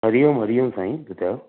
हरी ओम हरी ओम साईं ॿुधायो